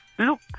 Look